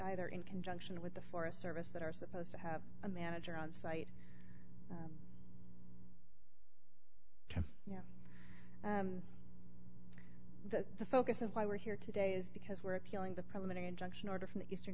either in conjunction with the forest service that are supposed to have a manager on site can you know that the focus of why we're here today is because we're appealing the preliminary injunction order from the eastern